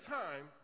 time